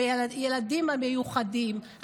הילדים המיוחדים,